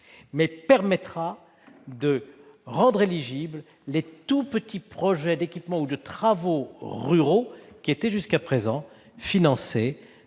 mais à laquelle seront éligibles les tout petits projets d'équipement ou de travaux ruraux qui étaient jusqu'à présent financés